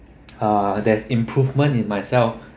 uh there's improvement in myself